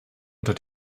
unter